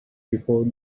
before